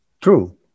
true